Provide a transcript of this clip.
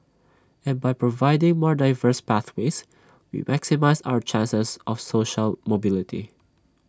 and by providing more diverse pathways we maximise our chances of social mobility